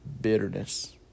bitterness